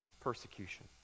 persecution